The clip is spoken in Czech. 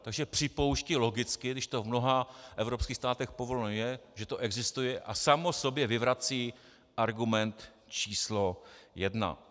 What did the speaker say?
Takže připouští, logicky, když to v mnoha evropských státech povoleno je, že to existuje, a samo sobě vyvrací argument číslo 1.